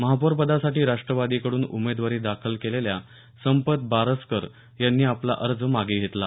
महापौर पदासाठी राष्ट्रवादीकडून उमेदवारी दाखल केलेल्या संपत बारस्कर यांनी आपला अर्ज मागे घेतला